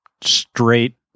straight